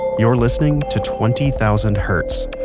you're listening to twenty thousand hertz.